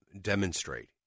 demonstrate